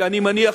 אני מניח,